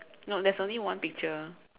no there's only one picture